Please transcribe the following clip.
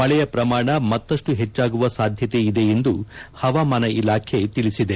ಮಳೆಯ ಪ್ರಮಾಣ ಮತ್ತಷ್ಟು ಪೆಚ್ಚಾಗುವ ಸಾಧ್ಯತೆ ಇದೆ ಎಂದು ಪವಾಮಾನ ಇಲಾಖೆ ತಿಳಿಸಿದೆ